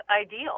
ideal